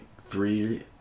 three